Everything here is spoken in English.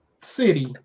city